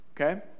okay